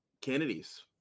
Kennedy's